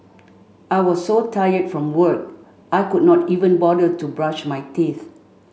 I was so tired from work I could not even bother to brush my teeth